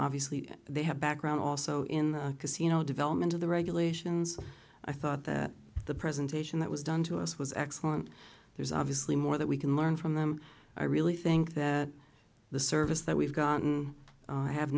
obviously they have a background also in the casino development of the regulations i thought that the presentation that was done to us was excellent there's obviously more that we can learn from them i really think that the service that we've gotten i have